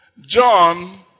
John